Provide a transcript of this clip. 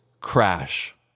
crash